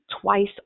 twice